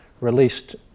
released